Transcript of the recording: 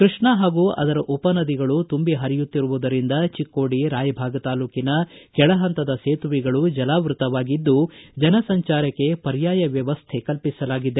ಕೃಷ್ಣ ಹಾಗೂ ಅದರ ಉಪ ನದಿಗಳು ತುಂಬಿ ಪರಿಯುತ್ತಿರುವುದರಿಂದ ಚಿಕ್ಕೋಡಿ ರಾಯಬಾಗ ತಾಲೂಕಿನ ಕೆಳಹಂತದ ಸೇತುವೆಗಳು ಜಲಾವೃತವಾಗಿದ್ದು ಜನ ಸಂಜಾರಕ್ಕೆ ಪರ್ಕಾಯ ವ್ಯವಸ್ಥೆ ಕಲ್ಪಿಸಲಾಗಿದೆ